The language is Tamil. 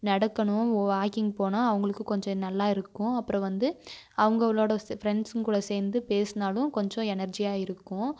நடக்கணும் வாக்கிங் போனால் அவங்களுக்கு கொஞ்சம் நல்லா இருக்கும் அப்புறம் வந்து அவங்களோட ஃப்ரெண்ட்ஸுங்க கூட சேர்ந்து பேசினாலும் கொஞ்சம் எனர்ஜியாக இருக்கும்